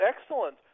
excellent